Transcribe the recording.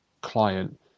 client